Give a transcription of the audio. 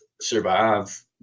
survive